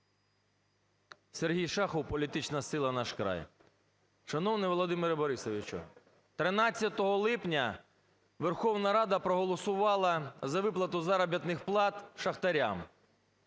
Сергій Шахов, політична сила "Наш край". Шановний Володимир Борисович, 13 липня Верховна Рада проголосувала за виплату заробітних плат шахтарям.